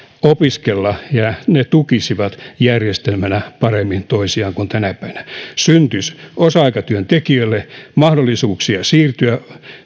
opiskella ja ne tukisivat järjestelmänä paremmin toisiaan kuin tänä päivänä syntyisi osa aikatyöntekijöille mahdollisuuksia siirtyä